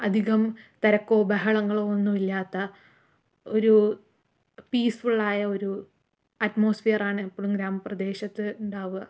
അധികം തിരക്കോ ബഹളങ്ങളോ ഒന്നു ഇല്ലാത്ത ഒരു പീസ് ഫുള്ളായ ഒരു അറ്റ്മോസ്ഫിയറാണ് എപ്പോഴും ഗ്രാമ പ്രദേശത്ത് ഉണ്ടാവുക